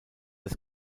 des